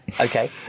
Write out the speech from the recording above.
Okay